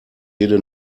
jede